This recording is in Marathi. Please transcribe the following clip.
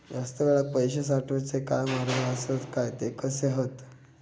जास्त वेळाक पैशे साठवूचे काय मार्ग आसत काय ते कसे हत?